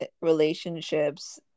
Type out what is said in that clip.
relationships